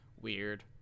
Weird